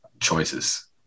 choices